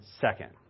second